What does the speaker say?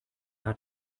hat